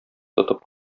тотып